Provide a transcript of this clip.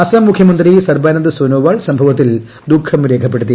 അസം മുഖ്യമന്ത്രി സർബാനന്ദ് സോനോവാൾ സംഭവത്തിൽ ദുഃഖം രേഖപ്പെടുത്തി